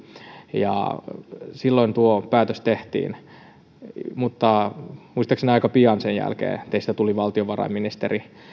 ja että silloin tuo päätös tehtiin muistaakseni aika pian sen jälkeen teistä tuli valtiovarainministeri